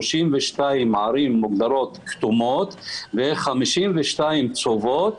32 ערים מוגדרות כתומות ו-52 צהובות.